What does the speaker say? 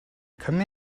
come